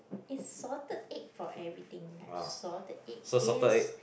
is salted egg for everything like salted egg this